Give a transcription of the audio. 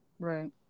Right